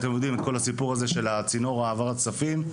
אתם יודעים את כל הסיפור של צינור העברת הכספים.